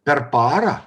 per parą